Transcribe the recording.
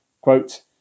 Quote